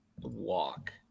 walk